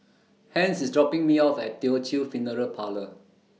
Hence IS dropping Me off At Teochew Funeral Parlour